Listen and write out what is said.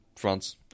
France